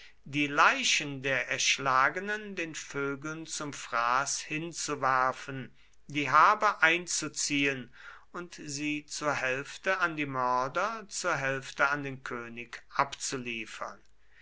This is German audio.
die leichen der erschlagenen den vögeln zum fraß hinzuwerfen die habe einzuziehen und sie zur hälfte an die mörder zur hälfte an den könig abzuliefern